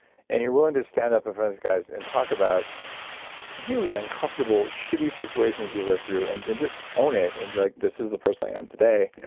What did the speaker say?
and you're willing to stand up in front of guys and talk about really uncomfortable shitty situations you live through and and just own it and be like, this is the person i am today. yeah